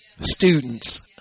students